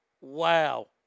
Wow